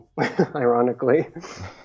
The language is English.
ironically